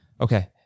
Okay